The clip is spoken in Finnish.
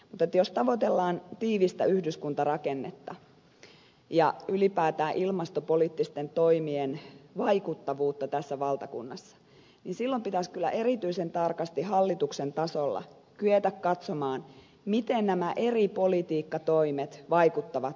mutta jos tavoitellaan tiivistä yhdyskuntarakennetta ja ylipäätään ilmastopoliittisten toimien vaikuttavuutta tässä valtakunnassa niin silloin pitäisi kyllä erityisen tarkasti hallituksen tasolla kyetä katsomaan miten nämä eri politiikkatoimet vaikuttavat tuohon tavoitteeseen